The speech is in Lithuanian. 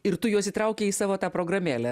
ir tu juos įtraukei į savo tą programėlę